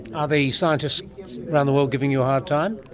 are the scientists around the world giving you a hard time?